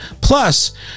Plus